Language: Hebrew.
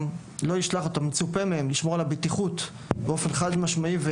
מצופה מהם לשמור על הבטיחות באופן חד משמעי,